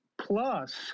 plus